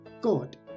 God